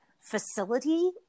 facility